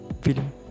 film